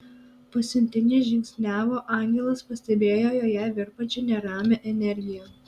pasiuntinė žingsniavo angelas pastebėjo joje virpančią neramią energiją